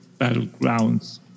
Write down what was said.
battlegrounds